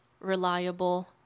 reliable